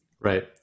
right